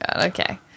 okay